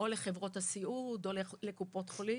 או לחברות הסיעוד או לקופות חולים.